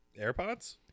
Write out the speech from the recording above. AirPods